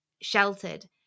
sheltered